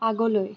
আগলৈ